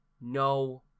No